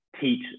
Teach